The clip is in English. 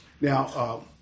Now